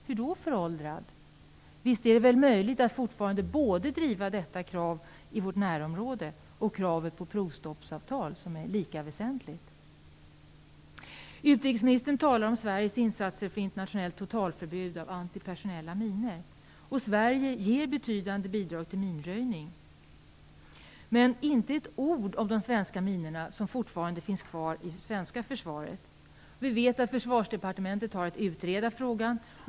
Hur då föråldrad? Visst är det möjligt att fortfarande driva både detta krav i vårt närområde och kravet på provstoppsavtal, som är lika väsentligt. Utrikesmninistern talar om Sveriges insatser för ett internationellt totalförbud mot antipersonella minor. Sverige ger betydande bidrag till minröjning. Men inte ett ord nämner hon om de svenska minor som fortfarande finns kvar inom svenska försvaret. Vi vet att Försvarsdepartementet har att utreda frågan.